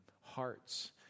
hearts